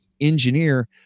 engineer